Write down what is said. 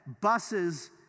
buses